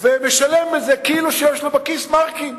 ומשלם בזה כאילו שיש לו בכיס מארקים.